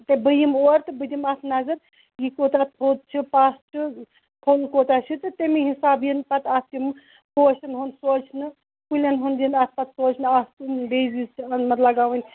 أکہِ بہٕ یِمہٕ اور تہٕ بہٕ دِمہٕ اَتھ نَظر یہِ کوٗتاہ تھوٚد چھُ پَس چھُ کھوٚل کوٗتاہ چھُ تہٕ تَمی حِسابہٕ یِن پَتہٕ اَتھ تِم پوشَن ہُنٛد سونٛچنہٕ کُلٮ۪ن ہُنٛد یِن اَتھ پَتہٕ سونٛچنہٕ اَتھ بیزیٖز چلن لَگاوٕنۍ